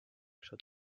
should